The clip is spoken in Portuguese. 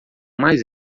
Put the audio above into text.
mais